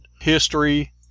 history